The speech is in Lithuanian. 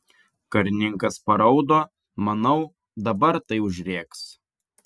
karininkas paraudo manau dabar tai užrėks